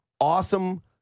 Awesome